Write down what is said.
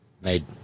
made